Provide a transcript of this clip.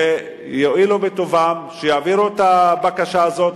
שיואילו בטובם ויעבירו את הבקשה הזאת,